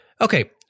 Okay